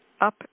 up